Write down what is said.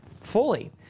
fully